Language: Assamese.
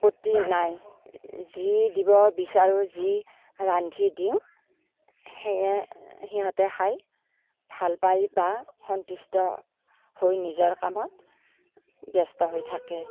আপত্তি নাই যি দিব বিচাৰো যি ৰান্ধি দিওঁ সেয়ে সিহঁতে খাই ভাল পায় বা সন্তুষ্ট হৈ নিজৰ কামত ব্যস্ত হৈ থাকে